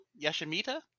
Yashimita